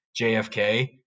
JFK